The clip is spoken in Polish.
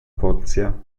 porcja